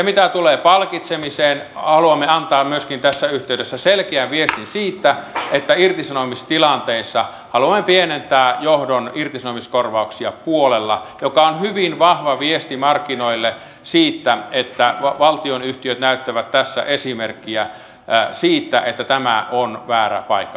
mitä tulee palkitsemiseen haluamme antaa myöskin tässä yhteydessä selkeän viestin siitä että irtisanomistilanteissa haluamme pienentää johdon irtisanomiskorvauksia puolella mikä on hyvin vahva viesti markkinoille siitä että valtionyhtiöt näyttävät tässä esimerkkiä siitä että tämä on väärä paikka palkita